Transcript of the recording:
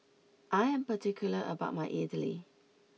I am particular about my Idili